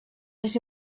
més